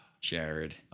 Jared